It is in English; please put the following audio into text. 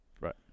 Right